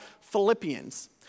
Philippians